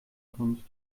kommst